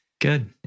Good